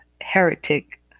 heretic